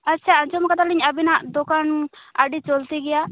ᱟᱪᱪᱷᱟ ᱟᱸᱡᱚᱢ ᱟᱠᱟᱫᱟᱹᱞᱤᱧ ᱟᱵᱮᱱᱟᱜ ᱫᱚᱠᱟᱱ ᱟᱹᱰᱤ ᱪᱚᱞᱛᱤ ᱜᱮᱭᱟ